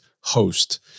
host